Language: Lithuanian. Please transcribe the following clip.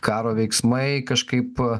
karo veiksmai kažkaip